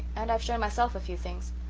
and i've shown myself a few things!